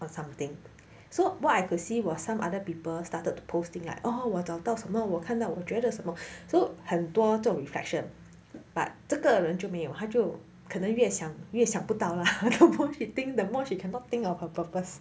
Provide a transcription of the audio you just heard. or something so what I could see while some other people started post things like oh 我找到什么我看我觉得什么 so 很多这种 reflection but 这个人就没有他就可能越想越想不到啊 the more she think the more she cannot think about her purpose